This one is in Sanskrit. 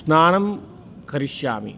स्नानं करिष्यामि